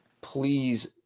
please